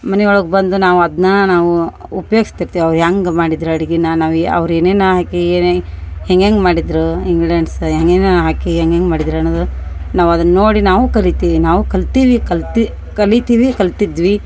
ಮನಿಯೊಳ್ಗ ಬಂದು ನಾವು ಅದನ್ನ ನಾವು ಉಪಯೋಗ್ಸಿರ್ತೀವಿ ಹೆಂಗ್ ಮಾಡಿದ್ರು ಅಡಿಗಿನ ನಾವು ಏ ಅವ್ರು ಏನೇನ ಹಾಕಿ ಏನೆ ಹೆಂಗೆಂಗೆ ಮಾಡಿದರು ಇಂಗ್ಡ್ರಿಯಂಟ್ಸ್ ಏನೇನೋ ಹಾಕಿ ಹೆಂಗೆಂಗ್ ಮಾಡಿದರ ಅನ್ನೋದು ನಾವು ಅದನ್ನ ನೋಡಿ ನಾವು ಕಲಿತೀವಿ ನಾವು ಕಲಿತೀವಿ ಕಲ್ತಿ ಕಲಿತೀವಿ ಕಲ್ತಿದ್ವಿ